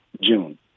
June